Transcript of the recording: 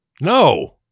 No